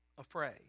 afraid